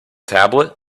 tablet